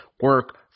Work